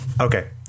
Okay